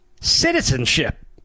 Citizenship